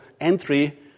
entry